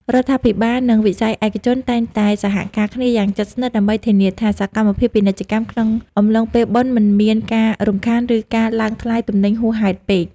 រដ្ឋាភិបាល និងវិស័យឯកជនតែងតែសហការគ្នាយ៉ាងជិតស្និទ្ធដើម្បីធានាថា សកម្មភាពពាណិជ្ជកម្មក្នុងអំឡុងពេលបុណ្យមិនមានការរំខាន ឬការឡើងថ្លៃទំនិញហួសហេតុពេក។